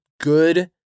good